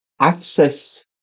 access